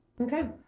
okay